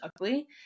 ugly